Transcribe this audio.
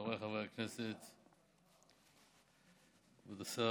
חבריי חברי הכנסת, כבוד השר,